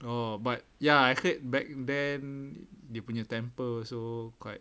oh but ya I heard back then dia punya temper also quite